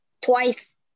Twice